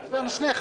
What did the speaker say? יש שם רק